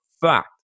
fact